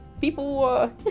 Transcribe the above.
people